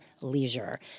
leisure